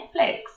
Netflix